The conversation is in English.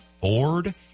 Ford